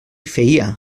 feia